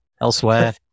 elsewhere